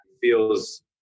feels